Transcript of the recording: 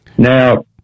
Now